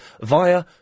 via